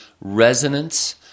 resonance